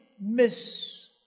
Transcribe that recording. miss